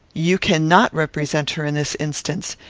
you cannot represent her in this instance.